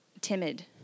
timid